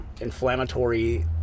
inflammatory